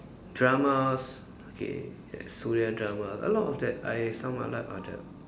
dramas okay like Suria dramas a lot of that I some I like are the